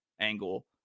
angle